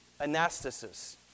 anastasis